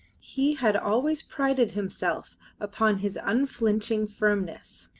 he had always prided himself upon his unflinching firmness.